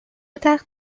تخت